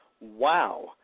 Wow